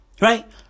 Right